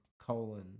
colon